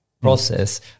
process